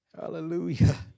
Hallelujah